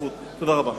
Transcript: תודה רבה.